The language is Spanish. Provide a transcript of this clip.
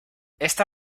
esta